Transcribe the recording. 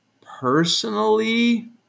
personally